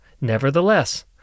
Nevertheless